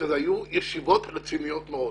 שהיו ישיבות רציניות מאוד.